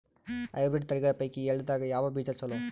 Hybrid ತಳಿಗಳ ಪೈಕಿ ಎಳ್ಳ ದಾಗ ಯಾವ ಬೀಜ ಚಲೋ?